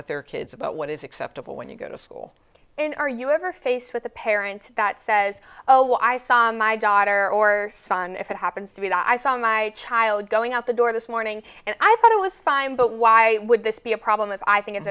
with their kids about what is acceptable when you go to school and are you ever faced with a parent that says oh i saw my daughter or son if it happens to be i saw my child going out the door this morning and i thought it was fine but why would this be a problem that i think it's